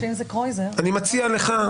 אני מציע לך,